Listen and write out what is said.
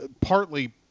partly